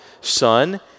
Son